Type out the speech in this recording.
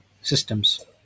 systems